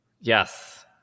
yes